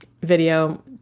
video